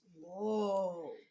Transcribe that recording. Whoa